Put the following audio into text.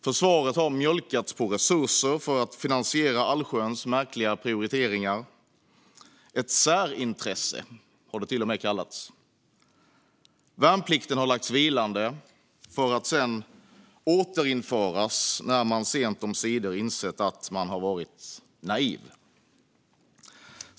Försvaret har mjölkats på resurser för att finansiera allsköns märkliga prioriteringar; det har till och med kallats ett särintresse. Värnplikten har lagts vilande för att sedan återinföras när man sent omsider insett att man har varit naiv.